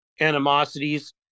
animosities